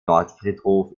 nordfriedhof